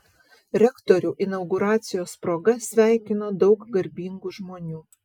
rektorių inauguracijos proga sveikino daug garbingų žmonių